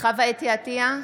חוה אתי עטייה,